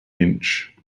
inch